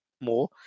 more